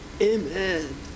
Amen